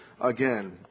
again